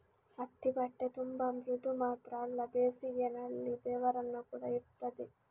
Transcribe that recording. ಹತ್ತಿ ಬಟ್ಟೆ ತುಂಬಾ ಮೃದು ಮಾತ್ರ ಅಲ್ಲ ಬೇಸಿಗೆನಲ್ಲಿ ಬೆವರನ್ನ ಕೂಡಾ ಹೀರ್ತದೆ